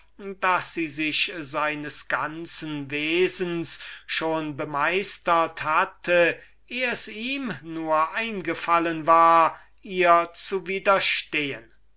daß sie sich schon seines ganzen wesens bemeistert hatte eh es ihm nur eingefallen war ihr zu widerstehen